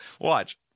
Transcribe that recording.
Watch